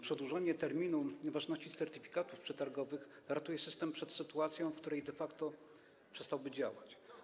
Przedłużenie terminu ważności certyfikatów przetargowych ratuje system przed sytuacją, w której de facto przestałby działać.